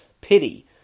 pity